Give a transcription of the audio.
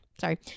sorry